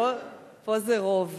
פה זה רוב.